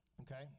Okay